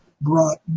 brought